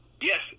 Yes